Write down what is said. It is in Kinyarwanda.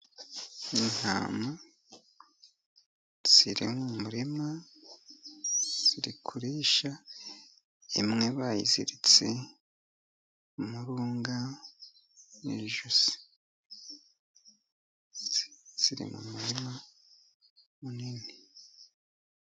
Intama ziri mu murima ziri kurisha, imwe bayiziritse umurunga mu ijosi. Ziri mu murima munini.